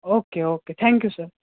okay okay thank you sir